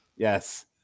Yes